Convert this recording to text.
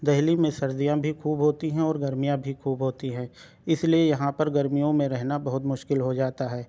دہلی میں سردیاں بھی خوب ہوتی ہیں اور گرمیاں بھی خوب ہوتی ہیں اس لئے یہاں پر گرمیوں میں رہنا بہت مشکل ہو جاتا ہے